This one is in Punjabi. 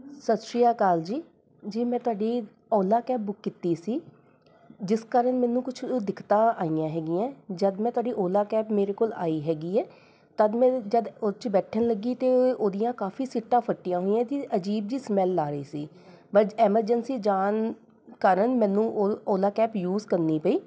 ਸਤਿ ਸ਼੍ਰੀ ਅਕਾਲ ਜੀ ਜੀ ਮੈਂ ਤੁਹਾਡੀ ਓਲਾ ਕੈਬ ਬੁੱਕ ਕੀਤੀ ਸੀ ਜਿਸ ਕਾਰਨ ਮੈਨੂੰ ਕੁਝ ਦਿੱਕਤਾਂ ਆਈਆਂ ਹੈਗੀਆਂ ਜਦ ਮੈਂ ਤੁਹਾਡੀ ਓਲਾ ਕੈਬ ਮੇਰੇ ਕੋਲ ਆਈ ਹੈਗੀ ਹੈ ਤਦ ਮੈਂ ਜਦ ਉਹ 'ਚ ਬੈਠਣ ਲੱਗੀ ਅਤੇ ਉਹਦੀਆਂ ਕਾਫੀ ਸੀਟਾਂ ਫੱਟੀਆਂ ਹੋਈਆਂ ਅਤੇ ਅਜੀਬ ਜਿਹੀ ਸਮੈੱਲ ਆ ਰਹੀ ਸੀ ਬਜ ਐਮਰਜੈਂਸੀ ਜਾਣ ਕਾਰਨ ਮੈਨੂੰ ਓ ਓਲਾ ਕੈਬ ਯੂਸ ਕਰਨੀ ਪਈ